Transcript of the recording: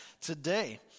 today